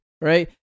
right